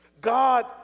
God